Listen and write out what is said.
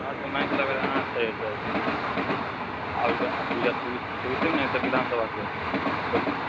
हाँ समझि लऽ अगर एना छै तऽ आबऽ दू हजार चौबीस चौबीसेमे ने हेतै विधानसभके चौबीस